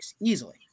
Easily